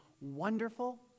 wonderful